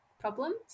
problems